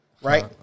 Right